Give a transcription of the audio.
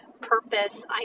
purpose